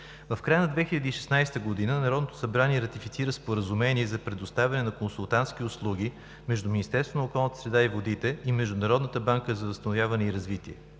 В края на 2016 г. Народното събрание ратифицира Споразумение за предоставяне на консултантски услуги между Министерството на околната среда и водите и Международната банка за възстановяване и развитие.